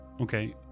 Okay